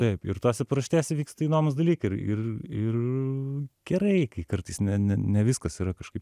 taip ir tose paraštėse vyksta įdomūs dalykai ir ir ir gerai kai kartais ne ne viskas yra kažkaip